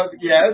yes